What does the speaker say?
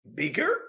bigger